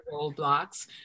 roadblocks